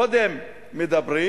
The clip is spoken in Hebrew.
קודם מדברים